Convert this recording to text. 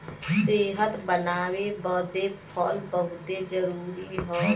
सेहत बनाए बदे फल बहुते जरूरी हौ